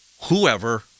Whoever